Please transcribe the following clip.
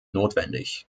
notwendig